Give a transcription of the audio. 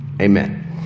Amen